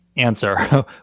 Answer